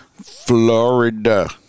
Florida